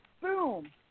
boom